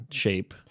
shape